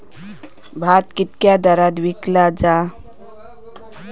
भात कित्क्या दरात विकला जा?